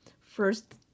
first